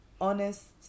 Honest